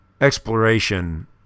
exploration